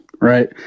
right